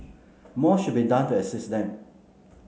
more should be done to assist them